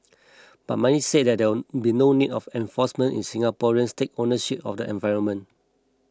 but many said there would be no need of enforcement if Singaporeans take ownership of their environment